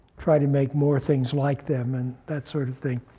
try to make more things like them and that sort of thing.